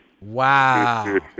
wow